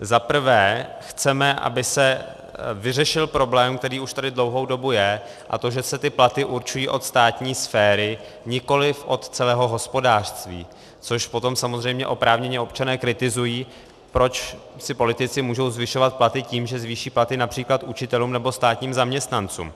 Zaprvé chceme, aby se vyřešil problém, který už tady dlouhou dobu je, a to že se ty platy určují od státní sféry, nikoliv od celého hospodářství, což potom samozřejmě oprávněně občané kritizují, proč si politici mohou zvyšovat platy tím, že zvýší platy například učitelům nebo státním zaměstnancům.